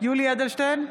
יולי יואל אדלשטיין,